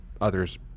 others